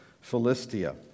Philistia